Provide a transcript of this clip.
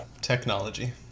technology